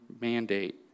mandate